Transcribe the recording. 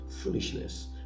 foolishness